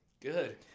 Good